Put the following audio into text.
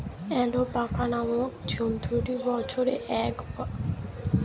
alpaca নামক জন্তুটি বছরে একবারে প্রায় আড়াই থেকে তিন কিলোগ্রাম পশম শরীর থেকে ঝরাতে পারে